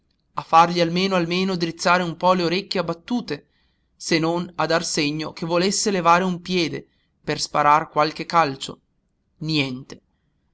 a fargli almeno almeno drizzare un po le orecchie abbattute se non a dar segno che volesse levare un piede per sparar qualche calcio niente